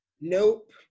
nope